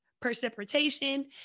Precipitation